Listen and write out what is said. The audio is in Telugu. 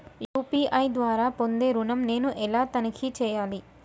యూ.పీ.ఐ ద్వారా పొందే ఋణం నేను ఎలా తనిఖీ చేయాలి?